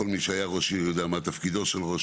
כול מי שהיה ראש עיר יודע מה תפקידו של ראש